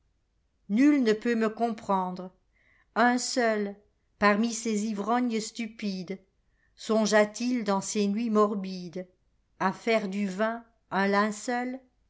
nul ne peut me comprendre un sp uiparmi ces ivrognes stupidessongea t il dans ses nuits morbidesa faire du vin un linceul